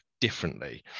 differently